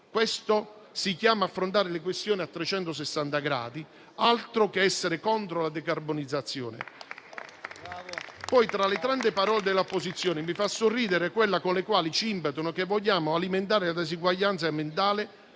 Questo si chiama affrontare le questioni a 360 gradi, altro che essere contro la decarbonizzazione. Poi, tra le tante parole dell'opposizione, mi fanno sorridere quelle con le quali ci dicono che vogliamo alimentare la disuguaglianza ambientale